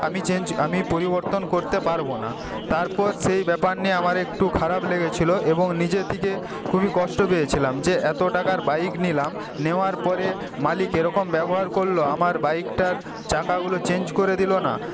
আমি চেঞ্জ আমি পরিবর্তন করতে পারবো না তারপর সেই ব্যাপার নিয়ে আমার একটু খারাপ লেগেছিলো এবং নিজে থিকে খুবই কষ্ট পেয়েছিলাম যে এত টাকার বাইক নিলাম নেওয়ার পরে মালিক এরকম ব্যবহার করলো আমার বাইকটার চাকাগুলো চেঞ্জ করে দিল না